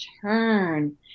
turn